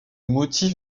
motif